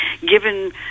given